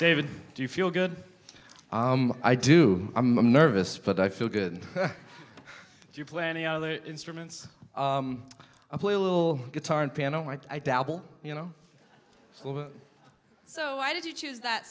david do you feel good i do i'm nervous but i feel good if you play any other instruments i play a little guitar and piano i dabble you know so why did you choose that